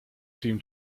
seem